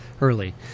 early